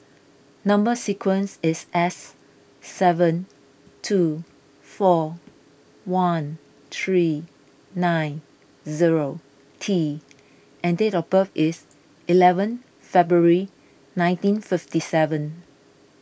Number Sequence is S seven two four one three nine zero T and date of birth is eleventh February nineteen fifty seven